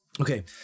Okay